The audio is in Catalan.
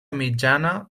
mitjana